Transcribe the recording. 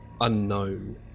unknown